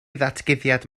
ddatguddiad